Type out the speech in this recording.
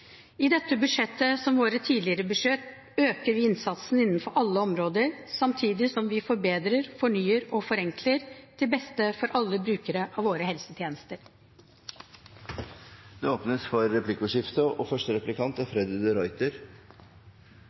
I dette budsjettet – som i våre tidligere budsjett – øker vi innsatsen innenfor alle områder, samtidig som vi forbedrer, fornyer og forenkler, til beste for alle brukere av våre helsetjenester. Det blir replikkordskifte. Julegaven fra regjeringa og